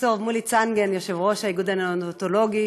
ד"ר מולי צנגן, יושב-ראש איגוד הניאונטולוגים,